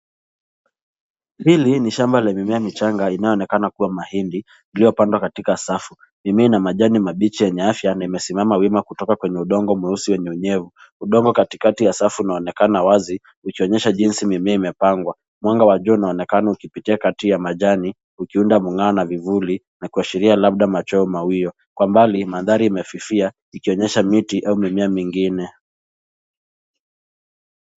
Hili ni shamba la mimea michanga inayoonekana kuwa mahindi iliyopandwa katika safu. Mimea ina majani mabichi yenye afya na imesimama wima kutoka kwenye udongo mweusi wenye unyevu. Udongo katikati ya safu unaonekana wazi, ukionyesha jinsi mimea imepangwa. Mwanga wa jua unaonekana ukipitia kati ya majani, ukiunda mung'ao na vivuli, na kuashiria labda machweo mawio. Kwa umbali mandhari imefifia, ikionyesha miti ya mimea mingine.